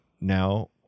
now